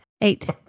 Eight